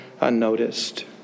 unnoticed